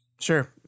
Sure